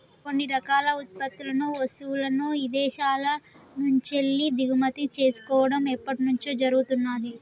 కొన్ని రకాల ఉత్పత్తులను, వస్తువులను ఇదేశాల నుంచెల్లి దిగుమతి చేసుకోడం ఎప్పట్నుంచో జరుగుతున్నాది